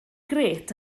grêt